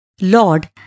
Lord